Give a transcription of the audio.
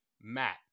Matt